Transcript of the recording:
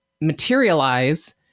materialize